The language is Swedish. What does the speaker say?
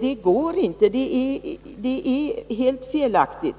Det går inte att resonera på det sättet — det är felaktigt.